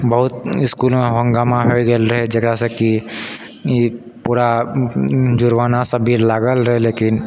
बहुत इसकुलमे हङ्गामा होइ गेल रहए जेकरासँ कि ई पूरा जुर्माना सब भी लागल रहए लेकिन